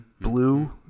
blue